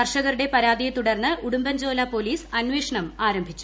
കർഷകരുടെ പരാതിയെത്തുടർന്ന് ഉടുമ്പൻചോല പൊലീസ് അന്വേഷണം ആരംഭിച്ചു